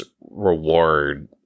reward